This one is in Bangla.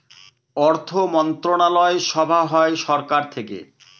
অর্থমন্ত্রণালয় সভা হয় সরকার থেকে